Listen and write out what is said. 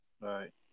Right